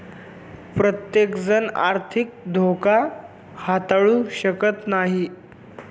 प्रत्येकजण आर्थिक धोका हाताळू शकत नाही